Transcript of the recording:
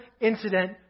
incident